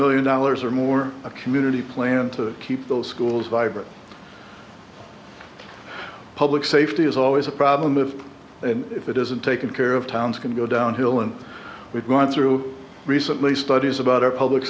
million dollars or more a community plan to keep those schools vibrant public safety is always a problem of if it isn't taken care of towns can go downhill and we've gone through recently studies about our public